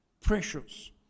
precious